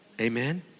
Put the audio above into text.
amen